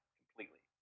completely